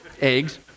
eggs